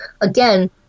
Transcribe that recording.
Again